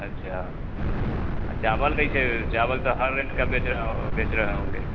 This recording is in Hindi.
अच्छा चावल कैसे चावल तो हर रेट का बेच रहा होगा बेच रहे होंगे